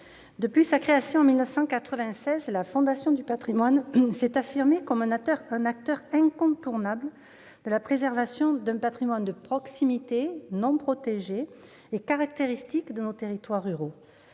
depuis sa création en 1996, la Fondation du patrimoine s'est affirmée comme un acteur incontournable de la préservation d'un patrimoine de proximité, non protégé, mais caractéristique de nos territoires ruraux.